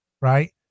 right